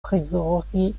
prizorgi